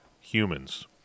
humans